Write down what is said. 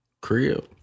crib